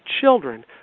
children